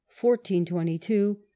1422